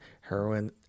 heroin